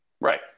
Right